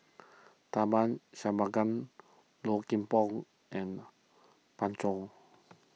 Tharman Shanmugaratnam Low Kim Pong and Pan Zhou